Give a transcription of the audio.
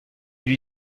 lui